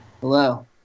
Hello